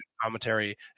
commentary